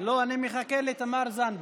לא, אני מחכה לתמר זנדברג.